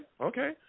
okay